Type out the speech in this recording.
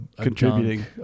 Contributing